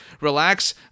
relax